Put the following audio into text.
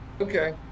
okay